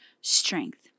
strength